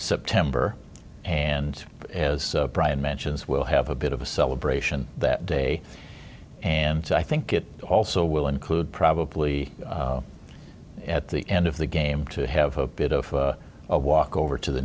september and as brian mentions we'll have a bit of a celebration that day and i think it also will include probably at the end of the game to have a bit of a walk over to the